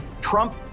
Trump